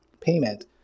payment